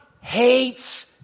hates